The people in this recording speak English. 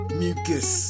mucus